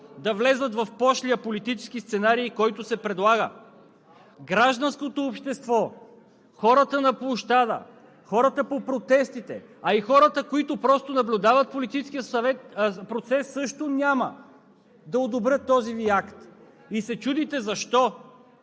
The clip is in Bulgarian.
да влязат в пошлия политически сценарий, който се предлага. Гражданското общество, хората на площада, хората по протестите, а и хората, които просто наблюдават политическия процес, също няма да одобрят този Ви акт! И се чудите защо?